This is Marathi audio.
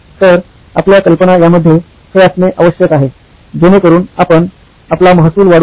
तर आपल्या कल्पना यामध्ये हे असणे आवश्यक आहे जेणेकरून आपण आपला महसूल वाढवू शकाल